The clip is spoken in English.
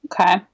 Okay